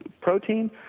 protein